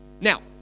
Now